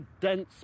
dense